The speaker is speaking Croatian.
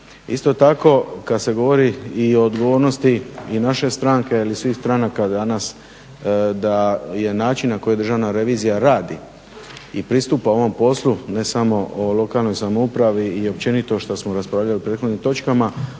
Isto tako kad se govori i o odgovornosti i naše stranke ali i svih stranaka danas da je način na koji državna revizija radi i pristupa ovom poslu ne samo u lokalnoj samoupravi i općenito što smo raspravljali u prethodnim točkama